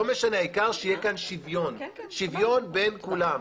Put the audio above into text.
העיקר שיהיה פה שוויון בין כולם.